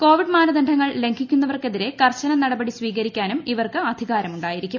Covid മാനദണ്ഡങ്ങൾ ലൂംച്ചിക്കുന്നവർക്കെതിരെ കർശന നടപടി സ്വീകരിക്കാനും ഇവർക്ക് ിആധികാരമുണ്ടായിരിക്കും